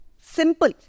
Simple